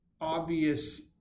obvious